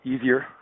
easier